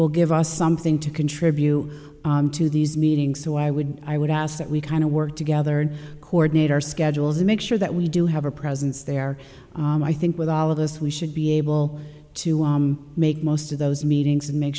will give us something to contribute to these meetings so i would i would ask that we kind of work together to coordinate our schedules to make sure that we do have a presence there i think with all of us we should be able to make most of those meetings and make